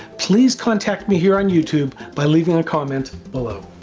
please contact me here on youtube by leaving a comment below.